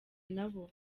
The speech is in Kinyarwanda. nabo